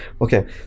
Okay